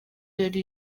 yari